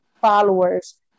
followers